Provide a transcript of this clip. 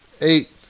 eight